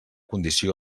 condició